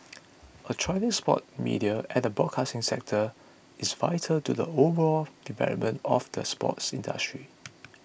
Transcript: a thriving sports media and broadcasting sector is vital to the overall development of the sports industry